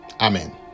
Amen